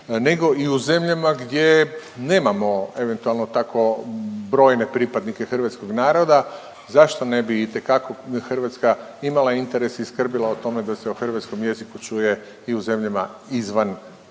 nego i u zemljama gdje nemamo eventualno tako brojne pripadnike hrvatskog naroda. Zašto ne bi itekako Hrvatska imala interes i skrbila o tome da se o hrvatskom jeziku čuje i u zemljama izvan